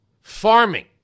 farming